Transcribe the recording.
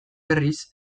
berriz